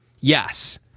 Yes